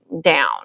down